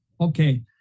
Okay